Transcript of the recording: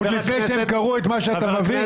עוד לפני שהם קראו את מה שאתה מביא?